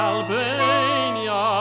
Albania